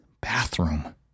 bathroom